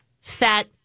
fat